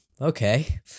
okay